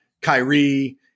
Kyrie